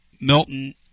Milton